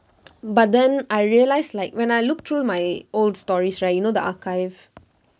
but then I realise like when I look through my old stories right you know the archive